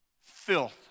filth